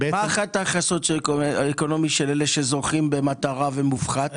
מה החתך הסוציואקונומי של אלה שזוכים במטרה ומופחת,